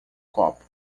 copo